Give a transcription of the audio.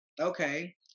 okay